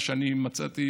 מה שאני מצאתי,